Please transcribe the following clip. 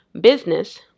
business